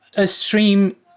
a stream,